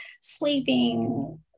sleeping